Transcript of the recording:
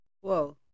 Whoa